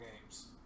games